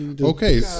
Okay